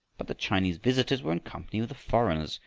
but the chinese visitors were in company with the foreigners,